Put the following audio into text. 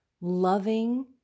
loving